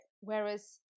whereas